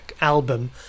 album